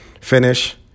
finish